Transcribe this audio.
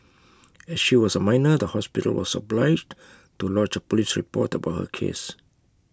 as she was A minor the hospital was obliged to lodge A Police report about her case